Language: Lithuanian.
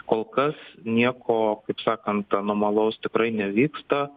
kol kas nieko kaip sakant anomalaus tikrai nevyksta